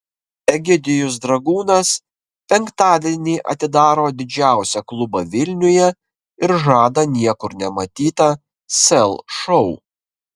egidijus dragūnas penktadienį atidaro didžiausią klubą vilniuje ir žada niekur nematytą sel šou